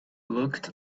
looked